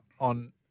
on